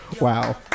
Wow